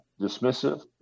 dismissive